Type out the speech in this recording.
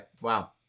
Wow